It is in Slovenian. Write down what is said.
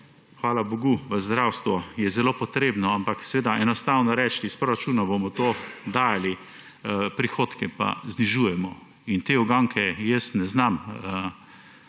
Hvala bogu, v zdravstvo je zelo potrebno, ampak seveda, enostavno je reči, iz proračuna bomo to dajali, prihodke pa znižujejo. Te uganke jaz ne znam